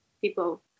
people